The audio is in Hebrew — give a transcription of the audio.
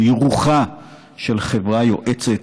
שהוא רוחה של חברה יועצת,